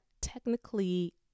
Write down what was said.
technically